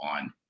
on